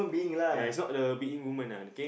ya is not the being woman ah okay